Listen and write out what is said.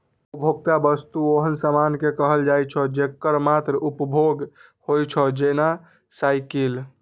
उपभोक्ता वस्तु ओहन सामान कें कहल जाइ छै, जेकर मात्र उपभोग होइ छै, जेना साइकिल